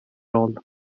roll